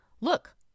Look